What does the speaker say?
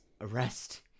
arrest